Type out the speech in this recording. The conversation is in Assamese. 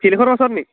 ফিল্ডখনৰ ওচৰতনি